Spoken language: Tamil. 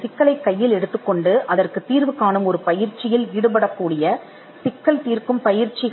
சிக்கல் தீர்க்கும் பயிற்சிகளின் விளைவாக அவை ஏற்படக்கூடும் அங்கு ஒரு குழு மக்கள் ஒரு சிக்கலை எடுத்து அதைத் தீர்க்கிறார்கள்